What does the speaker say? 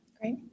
Great